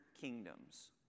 kingdoms